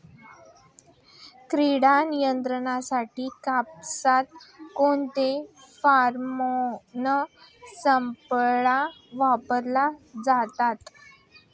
कीड नियंत्रणासाठी कापसात कोणते फेरोमोन सापळे वापरले जातात?